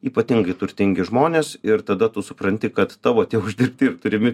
ypatingai turtingi žmonės ir tada tu supranti kad tavo tie uždirbti ir turimi